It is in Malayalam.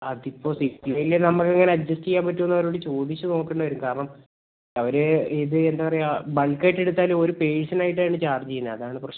അതിപ്പോൾ സിപ്പ് ലൈനിൽ നമുക്ക് അങ്ങനെ അഡ്ജസ്റ്റ് ചെയ്യാൻ പറ്റുമോ എന്ന് അവരോട് ചോദിച്ച് നോക്കേണ്ടി വരും കാരണം അവർ ഇത് എന്താണ് പറയുക ബൾക്ക് ആയിട്ട് എടുത്താലും ഒരു പേഴ്സൺ ആയിട്ടാണ് ചാർജ്ജ് ചെയ്യുന്നത് അതാണ് പ്രശ്നം